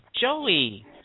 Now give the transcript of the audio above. Joey